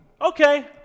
Okay